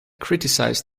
criticized